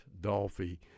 Dolphy